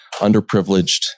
underprivileged